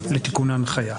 לתיקון ההנחיה.